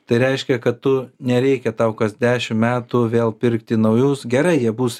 tai reiškia kad tu nereikia tau kas dešimt metų vėl pirkti naujus gerai jie bus